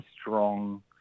strong